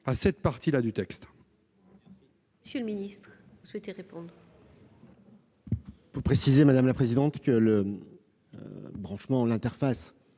à cette partie du texte